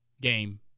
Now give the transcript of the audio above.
game